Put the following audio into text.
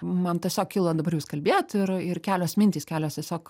man tiesiog kilo dabar jūs kalbėjot ir ir kelios mintys kelios tiesiog